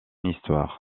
histoire